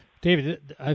David